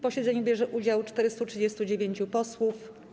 posiedzeniu bierze udział 439 posłów.